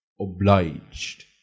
obliged